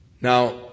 Now